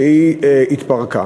שהיא התפרקה.